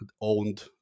owned